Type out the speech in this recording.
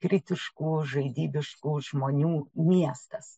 kritiškų žaidybiškų žmonių miestas